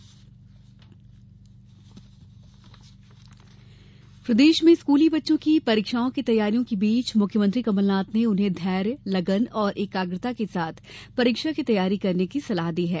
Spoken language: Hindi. मुख्यमंत्री सलाह प्रदेश में स्कूली बच्चों की परीक्षाओं की तैयारियों के बीच मुख्यमंत्री कमलनाथ ने उन्हें धैर्य लगन और एकाग्रता के साथ परीक्षा की तैयारी करने की सलाह दी है